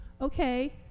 okay